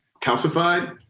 calcified